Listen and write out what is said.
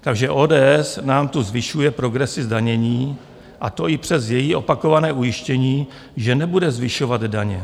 Takže ODS nám tu zvyšuje progresi zdanění, a to i přes její opakované ujištění, že nebude zvyšovat daně.